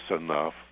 enough